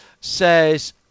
says